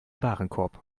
warenkorb